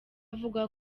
avuga